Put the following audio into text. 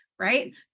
right